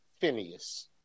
Phineas